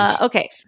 Okay